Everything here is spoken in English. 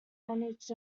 managed